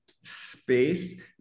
space